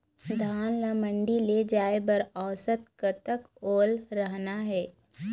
धान ला मंडी ले जाय बर औसत कतक ओल रहना हे?